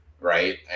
right